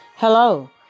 Hello